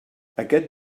aquest